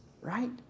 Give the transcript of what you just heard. right